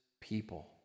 people